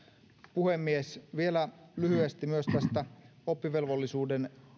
puhemies vielä lyhyesti myös tästä oppivelvollisuuden